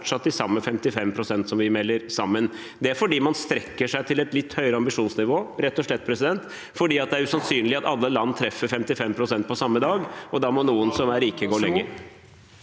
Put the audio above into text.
Det er fordi man strekker seg til et litt høyere ambisjonsnivå, rett og slett fordi det er (presidenten klubber) usannsynlig at alle land treffer 55 pst. på samme dag, og da må noen som er rike, gå lenger.